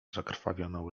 zakrwawioną